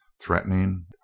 threatening